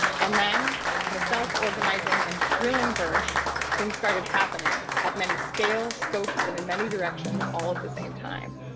and then in a self organizing and thrilling burst things started happening at many scales scopes and in many directions, all at the same time.